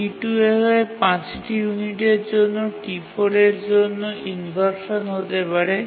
T2 এভাবে ৫ টি ইউনিটের জন্য T4 এর জন্য ইনভারসান হতে পারে